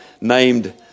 named